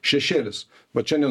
šešėlis vat šiandien